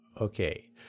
Okay